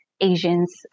Asians